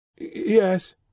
Yes